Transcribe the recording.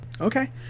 Okay